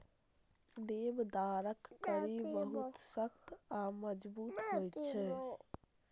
देवदारक कड़ी बहुत सख्त आ मजगूत होइ छै